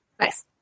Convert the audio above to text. Nice